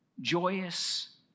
joyous